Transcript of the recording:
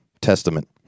testament